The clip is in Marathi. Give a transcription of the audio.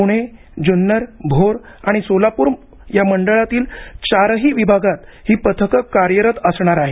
पूणे जुन्नर भोर आणि सोलापूर या मंडळातील चारही विभागात ही पथकं कार्यरत असणार आहेत